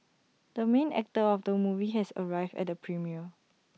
the main actor of the movie has arrived at the premiere